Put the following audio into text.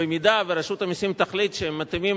במידה שרשות המסים תחליט שהם מתאימים